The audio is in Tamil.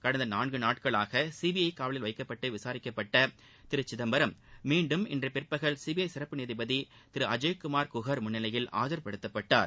கடந்த நான்கு நாட்களாக சீபிஐ காவலில் வைத்து விளாிக்கப்பட்ட திரு சிதம்பரம் மீண்டும் இன்று பிற்பகல் சிபிஐ சிறப்பு நீதிபதி திரு அஜய் குமார் குஹர் முன்னிலையில் ஆஜர்படுத்தப்பட்டார்